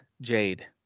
Jade